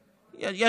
שמעדיפים,